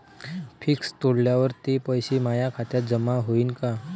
Fix तोडल्यावर ते पैसे माया खात्यात जमा होईनं का?